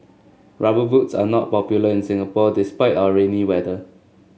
rubber boots are not popular in Singapore despite our rainy weather